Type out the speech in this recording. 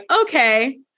okay